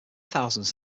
thousands